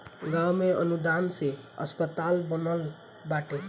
गांव में अनुदान से अस्पताल बनल बाटे